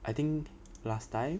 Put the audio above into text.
I think last time